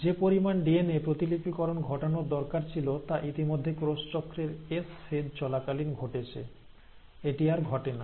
যে পরিমাণ ডিএনএ প্রতিলিপিকরণ ঘটানোর দরকার ছিল তা ইতিমধ্যে কোষচক্রের এস ফেজ চলাকালীন ঘটেছে এটি আর ঘটে না